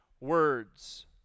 words